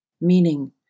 meaning